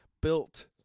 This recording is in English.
built